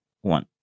One